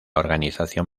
organización